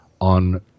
on